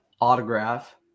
autograph